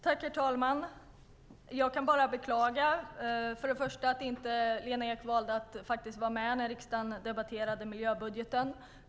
Herr talman! Jag kan för det första bara beklaga att Lena Ek valde att inte vara med när riksdagen debatterade miljöbudgeten.